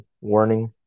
warning